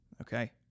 Okay